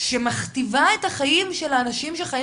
שמכתיבה את החיים של האנשים שחיים